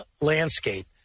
landscape